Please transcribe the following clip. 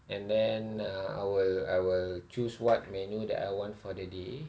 and then uh I will I will choose what menu that I want for the day